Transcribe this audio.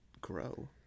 grow